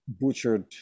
butchered